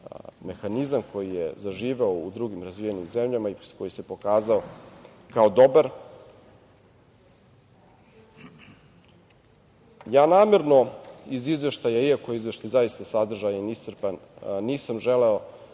mehanizam koji je zaživeo u drugim razvijenim zemljama i koji se pokazao kao dobar. Ja namerno iz izveštaja, iako je izveštaj zaista sadržajan, iscrpan, nisam želeo